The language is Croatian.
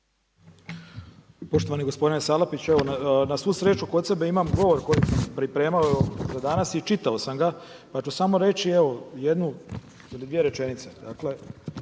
Poštovani gospodine Salapiću. Na svu sreću kod sebe ima govor koji sam pripremao za danas i čitao sam ga pa ću samo reći jedu ili dvije rečenice.